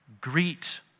Greet